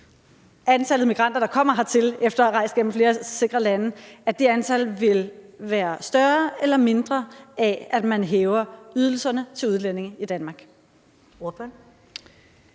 antallet af migranter, der kommer hertil efter at have rejst gennem flere sikre lande for at finde et sted at slå sig ned, vil være større eller mindre af, at man hæver ydelserne til udlændinge i Danmark?